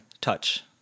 touch